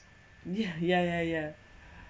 yeah ya ya ya